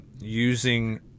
using